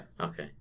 Okay